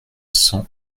cent